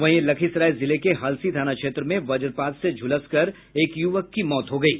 वहीं लखीसराय जिले के हलसी थाना क्षेत्र में वजपात से झुलसकर एक युवक की मौत हो गयी